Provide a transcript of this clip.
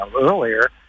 earlier